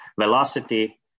velocity